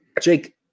jake